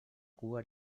cua